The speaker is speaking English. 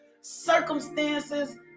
circumstances